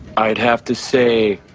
i'd have to say,